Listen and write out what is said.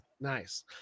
nice